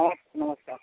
ହଁ ନମସ୍କାର ନମସ୍କାର